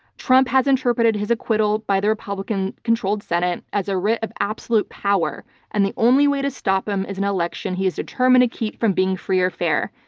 trump has interpreted his acquittal by the republican controlled senate as a writ of absolute power and the only way to stop him as an election he has determined to keep from being free or fair.